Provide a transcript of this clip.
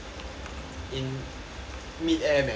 in mid air man